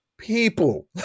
people